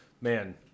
Man